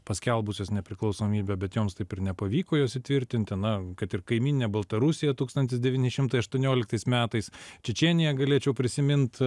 paskelbusios nepriklausomybę bet joms taip ir nepavyko jos įsitvirtinti na kad ir kaimyninė baltarusija tūkstantis devyni šimtai aštuonioliktais metais čečėnija galėčiau prisimint